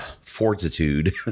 fortitude